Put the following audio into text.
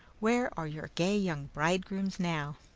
where are your gay young bridegrooms now?